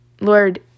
lord